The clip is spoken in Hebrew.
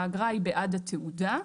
האגרה היא בעד התעודה.